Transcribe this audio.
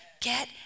get